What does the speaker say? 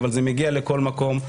אבל זה מגיע לכל מקום.